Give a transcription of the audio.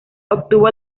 obtuvo